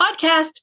podcast